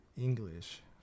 English